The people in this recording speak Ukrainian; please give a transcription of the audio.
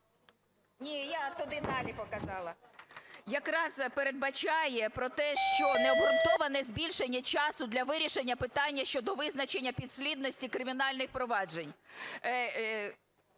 Ні, я туди далі показала. Якраз передбачає про те, що необґрунтоване збільшення часу для вирішення питання що визначеності підслідності кримінальних проваджень.